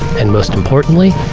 and, most importantly,